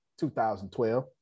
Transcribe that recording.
2012